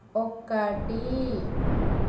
ఒకటి